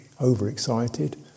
overexcited